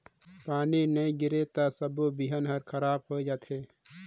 पानी नई गिरे त सबो बिहन हर खराब होए जथे